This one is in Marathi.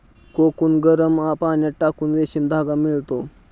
कोकून गरम पाण्यात टाकून रेशीम धागा मिळतो